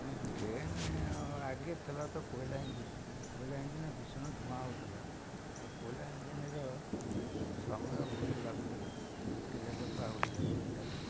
train ଆଗେ ଥିଲା ତ କୋଇଲା ଇଞ୍ଜିନ୍ କୋଇଲା ଇଞ୍ଜିନ୍ ଭୀଷଣ ଧୂଆଁ ହେଉଥିଲା ଆଉ କୋଇଲା ଇଞ୍ଜିନ୍ର ସମୟ ବହୁତ ଲାଗୁଥିଲା ଗୋଟେ ଜାଗାକୁ ଆଉ ଗୋଟେ ଜାଗାକୁ ଯିବା ପାଇଁ